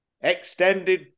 Extended